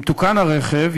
אם תוקן הרכב,